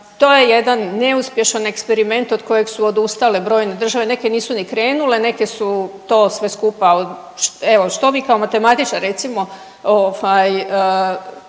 to je jedan neuspješan eksperiment od kojeg su odustale brojne države, neke nisu ni krenule, neke su to sve skupa, evo što vi kao matematičar recimo